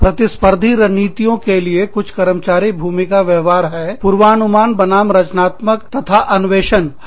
कुछ प्रतिस्पर्धी रणनीतियों के लिए कुछ कर्मचारी भूमि का व्यवहार हैपूर्वानुमान बना रचनात्मकता तथा अन्वेषण नवीनता